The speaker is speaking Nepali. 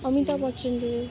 अमिताभ बच्चनले